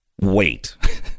Wait